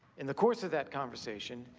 in the course of that conversation,